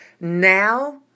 now